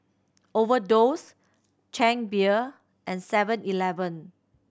Overdose Chang Beer and Seven Eleven